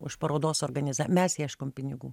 už parodos organiza mes ieškom pinigų